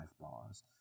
bars